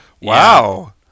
wow